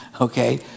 okay